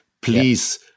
please